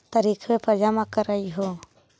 तरिखवे पर जमा करहिओ?